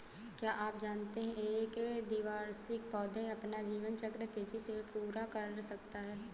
क्या आप जानते है एक द्विवार्षिक पौधा अपना जीवन चक्र तेजी से पूरा कर सकता है?